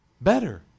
better